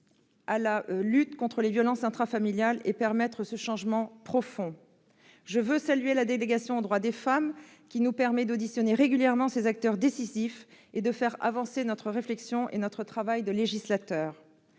à la lutte contre les violences intrafamiliales et permettre ce changement profond. Je veux également saluer la délégation aux droits des femmes, qui nous permet d'auditionner régulièrement ces acteurs décisifs et de faire avancer notre réflexion et notre travail de législateur.